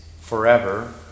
forever